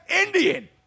Indian